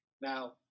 Now